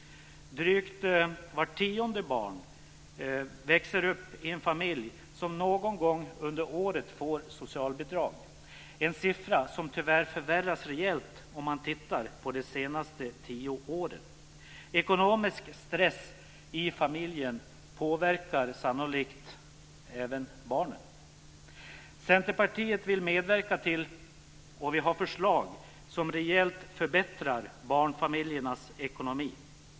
Drygt vart tionde barn växer upp i en familj som någon gång under året får socialbidrag, en siffra som tyvärr förvärrats rejält, om man tittar på de senaste tio åren. Ekonomisk stress i familjen påverkar sannolikt även barnen. Centerpartiet vill medverka till - och vi har sådana förslag - att rejält förbättra barnfamiljernas ekonomi.